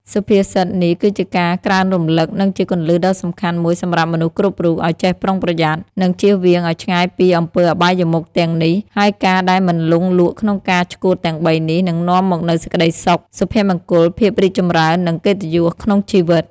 សុភាសិតនេះគឺជាការក្រើនរំលឹក និងជាគន្លឹះដ៏សំខាន់មួយសម្រាប់មនុស្សគ្រប់រូប ឲ្យចេះប្រុងប្រយ័ត្ន និងចៀសវាងឲ្យឆ្ងាយពីអំពើអបាយមុខទាំងនេះ ហើយការដែលមិនលង់លក់ក្នុងការឆ្កួតទាំងបីនេះ នឹងនាំមកនូវសេចក្តីសុខ សុភមង្គល ភាពរីកចម្រើន និងកិត្តិយសក្នុងជីវិត។